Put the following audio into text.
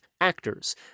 actors